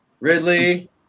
ridley